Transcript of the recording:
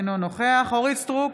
אינו נוכח אורית מלכה סטרוק,